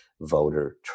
voter